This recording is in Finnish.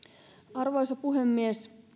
arvoisa puhemies